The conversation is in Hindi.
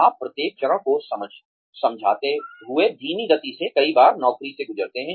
आप प्रत्येक चरण को समझाते हुए धीमी गति से कई बार नौकरी से गुजरते हैं